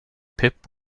pip